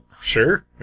Sure